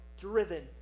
driven